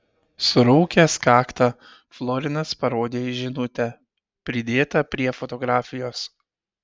suraukęs kaktą florinas parodė į žinutę pridėtą prie fotografijos